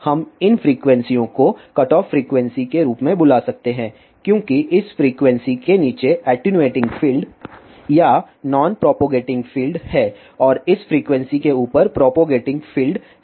हम इन फ्रीक्वेंसीयों को कटऑफ फ्रीक्वेंसी के रूप में बुला रहे हैं क्योंकि इस फ्रीक्वेंसी के नीचे एटीन्यूएटिंग फील्ड या नॉन प्रोपगेटिंग फ़ील्ड्स हैं और इस फ्रीक्वेंसी के ऊपर प्रोपगेटिंग फ़ील्ड हैं